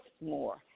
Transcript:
more